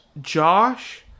Josh